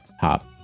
top